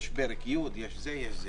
יש את פרק י', יש את זה וזה.